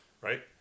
right